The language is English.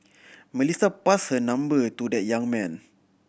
Melissa passed her number to the young man